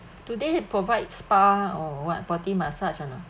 do they have provide spa or what body massage or not